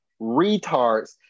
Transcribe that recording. retards